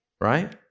right